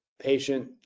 patient